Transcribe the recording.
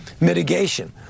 mitigation